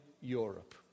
Europe